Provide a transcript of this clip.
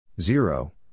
zero